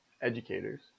educators